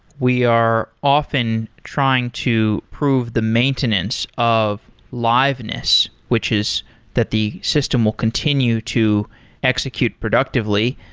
we are often trying to prove the maintenance of like liveness, which is that the system will continue to execute productively.